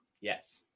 Yes